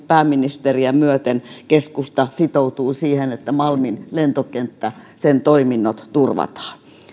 pääministeriä myöten keskusta sitoutui siihen että malmin lentokenttä sen toiminnot turvataan